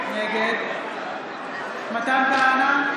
נגד מתן כהנא,